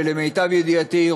ולמיטב ידיעתי,